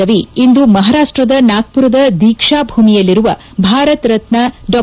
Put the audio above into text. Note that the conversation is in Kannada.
ರವಿ ಇಂದು ಮಹಾರಾಷ್ಷದ ನಾಗ್ಬರದ ದೀಕ್ಷಾ ಭೂಮಿಯಲ್ಲಿರುವ ಭಾರತ ರತ್ನ ಡಾ